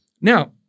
Now